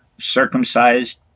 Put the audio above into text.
circumcised